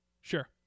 Sure